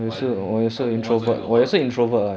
orh then 我们昨天有喝 leh